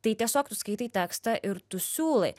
tai tiesiog tu skaitai tekstą ir tu siūlai